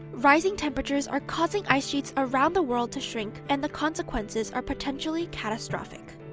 rising temperatures are causing ice sheets around the world to shrink, and the consequences are potentially catastrophic.